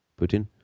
Putin